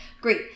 Great